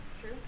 True